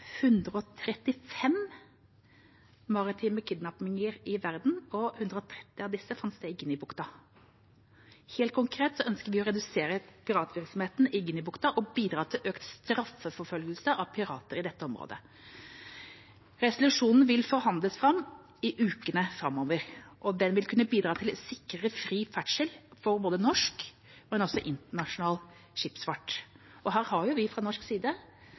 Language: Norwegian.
135 maritime kidnappinger i verden. 130 av disse fant sted i Guineabukten. Helt konkret ønsker vi å redusere piratvirksomheten i Guineabukten og bidra til økt straffeforfølgelse av pirater i dette området. Resolusjonen vil forhandles fram i ukene framover, og den vil kunne bidra til å sikre fri ferdsel for både norsk og internasjonal skipsfart. Her har vi fra norsk side